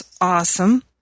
awesome